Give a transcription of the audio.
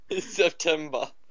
September